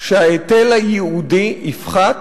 שההיטל הייעודי יפחת